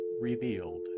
revealed